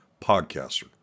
podcaster